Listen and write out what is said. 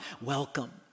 welcome